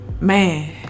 man